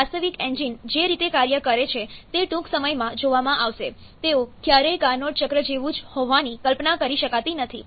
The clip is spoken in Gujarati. વાસ્તવિક એન્જિન જે રીતે કાર્ય કરે છે તે ટૂંક સમયમાં જોવામાં આવશે તેઓ ક્યારેય કાર્નોટ ચક્ર જેવું જ હોવાની કલ્પના કરી શકાતી નથી